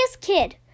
kid